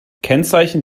kennzeichen